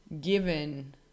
given